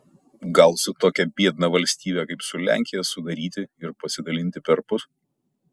gal su tokia biedna valstybe kaip su lenkija sudaryti ir pasidalinti perpus